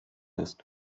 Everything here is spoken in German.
ist